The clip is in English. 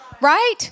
right